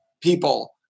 people